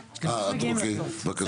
טוב.